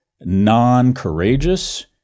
non-courageous